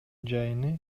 жыйыны